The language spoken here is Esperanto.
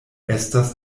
estas